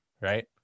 right